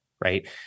Right